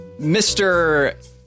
Mr